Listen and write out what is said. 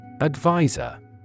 Advisor